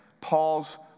Paul's